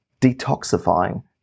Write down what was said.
detoxifying